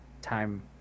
time